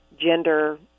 gender